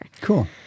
Cool